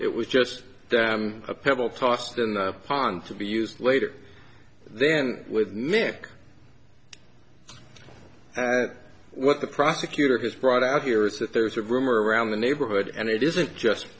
it was just them a pebble tossed in the pond to be used later then with mick what the prosecutor has brought out here is that there's a rumor around the neighborhood and it isn't just